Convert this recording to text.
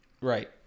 right